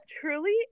truly